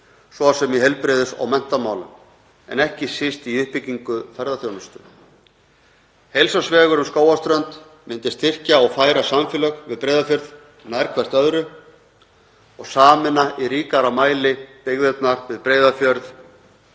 svo sem í heilbrigðis- og menntamálum en ekki síst í uppbyggingu ferðaþjónustu. Heilsársvegur um Skógarströnd myndi styrkja og færa samfélög við Breiðafjörð nær hvert öðru og sameina í ríkara mæli byggðirnar við Breiðafjörð